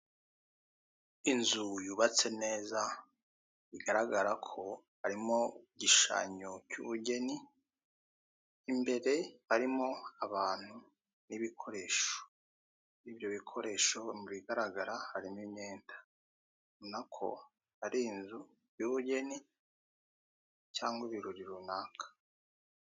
Inzu yubatse neza, bigaragara ko harimo gishushanyo cy'ubugeni, imbere harimo abantu n'ibikoresho, muri ibyo bikoresho mu bigaragara harimo imyenda, ubona ko ari inzu y'ubugeni cyangwa ibirori runaka.